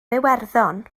iwerddon